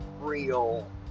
real